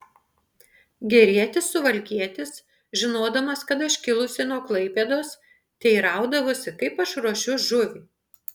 gerietis suvalkietis žinodamas kad aš kilusi nuo klaipėdos teiraudavosi kaip aš ruošiu žuvį